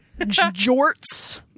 Jorts